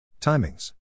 Timings